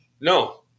No